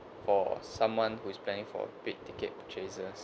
for someone who's planning for big ticket purchases